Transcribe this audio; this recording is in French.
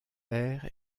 est